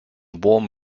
warm